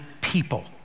people